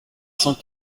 cent